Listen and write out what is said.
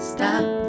Stop